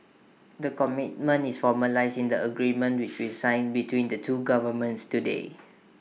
the commitment is formalised in the agreement which we signed between the two governments today